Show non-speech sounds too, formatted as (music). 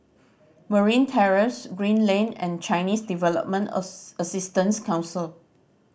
Marine Terrace Green Lane and Chinese Development (unintelligible) Assistance Council